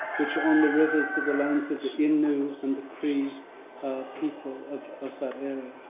which are on the rivers of the lands of the innu and the cree ah people of of that area.